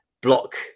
block